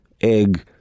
egg